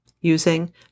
using